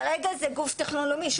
כרגע זה גוף תכנון לאומי.